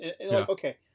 Okay